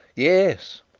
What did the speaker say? yes.